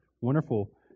wonderful